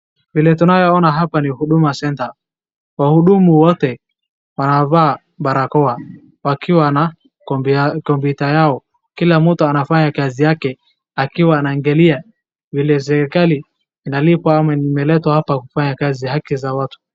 Vile tunayoona hapa ni Huduma Centre, wahudumu wote wanavaa barakoa wakiwa na kompyuta yao kila mtu anafanya kazi yake akiwa anaangalia vile serikali inalipa ama nimeletwa kufanya kazi haki ya watu.